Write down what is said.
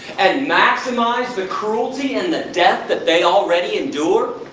and maximize the cruelty and the death that they already endure,